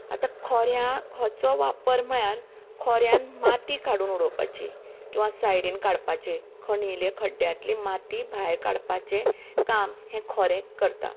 आता खोऱ्या हेचो वापर म्हळयार खोऱ्यान माती काडून उडोवपाची किंवां सायडीन काडपाचें खणिल्ल्या खड्ड्यांतली माती भायर काडपाचे काम हे खोरें करता